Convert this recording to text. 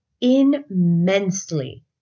immensely